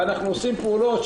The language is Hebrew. ואנחנו עושים פעולות,